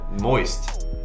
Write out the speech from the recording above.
moist